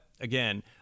again